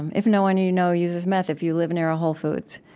and if no one you know uses meth, if you live near a whole foods